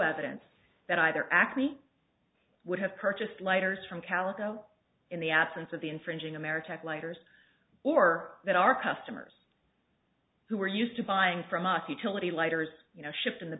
evidence that either acme would have purchased lighters from calico in the absence of the infringing ameritech lighters or that our customers who were used to buying from a futility lighters you know shift in the